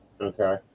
Okay